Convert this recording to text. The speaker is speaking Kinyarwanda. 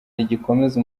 rigikomeza